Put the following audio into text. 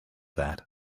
that